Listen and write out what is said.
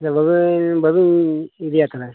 ᱟᱫᱚ ᱵᱟᱹᱵᱤᱱ ᱵᱟᱹᱵᱤᱱ ᱤᱫᱤᱭᱟ ᱛᱟᱦᱚᱞᱮ